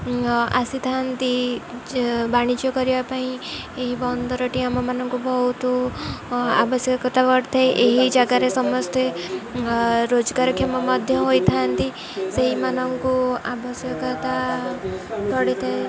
ଆସିଥାନ୍ତି ବାଣିଜ୍ୟ କରିବା ପାଇଁ ଏହି ବନ୍ଦରଟି ଆମମାନଙ୍କୁ ବହୁତ ଆବଶ୍ୟକତା କରିଥାଏ ଏହି ଜାଗାରେ ସମସ୍ତେ ରୋଜଗାରକ୍ଷମ ମଧ୍ୟ ହୋଇଥାନ୍ତି ସେହିମାନଙ୍କୁ ଆବଶ୍ୟକତା ପଡ଼ିଥାଏ